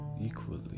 equally